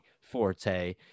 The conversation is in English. forte